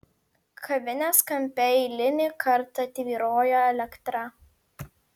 kavinės kampe eilinį kartą tvyrojo elektra